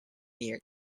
near